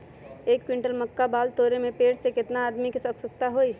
एक क्विंटल मक्का बाल तोरे में पेड़ से केतना आदमी के आवश्कता होई?